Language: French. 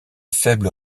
faible